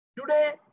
Today